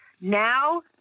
Now